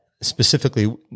specifically